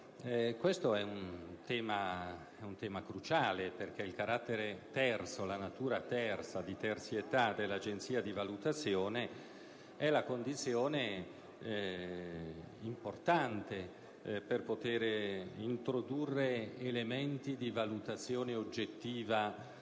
Questo è un tema cruciale perché la natura di terzietà dell'Agenzia di valutazione è condizione importante per poter introdurre elementi di valutazione oggettiva